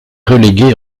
relégué